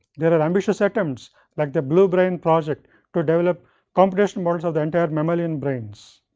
there are ambitious attempts like the blue brain project to develop computational models of the entire mammalian brains.